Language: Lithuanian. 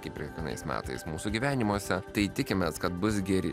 kaip ir kiekvienais metais mūsų gyvenimuose tai tikimės kad bus geri